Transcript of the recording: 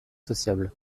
sociable